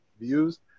views